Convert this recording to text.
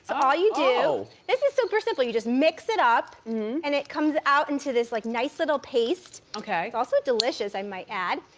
all you do, this is super simple, you just mix it up and it comes out into this like nice little paste. it's also delicious, i might add.